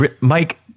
mike